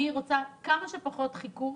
אני רוצה כמה שפחות חיכוך